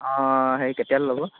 অঁ হেৰি কেতিয়ালৈ ল'ব